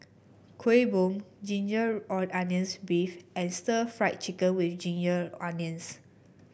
Kueh Bom Ginger Onions beef and Stir Fried Chicken with Ginger Onions